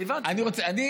אני רוצה, הבנתי.